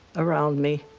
around me.